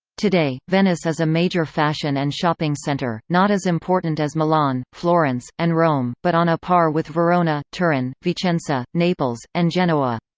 today, venice is a major fashion and shopping centre, not as important as milan, florence, and rome, but on a par with verona, turin, vicenza, naples, and genoa.